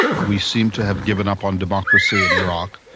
we seem to have given up on democracy in iraq.